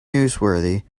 newsworthy